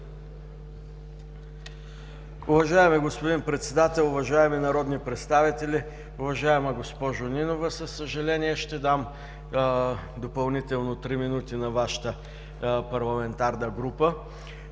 Уважаеми господин Председател! Уважаеми народни представители, уважаема госпожо Нинова, със съжаление ще дам допълнително три минути на Вашата парламентарна група.